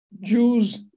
Jews